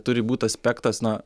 turi būt aspektas na